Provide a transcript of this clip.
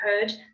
heard